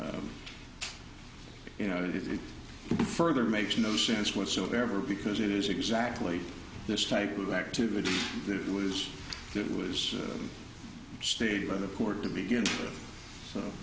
you know it it further makes no sense whatsoever because it is exactly this type of activity that was it was stated by the court to begin with so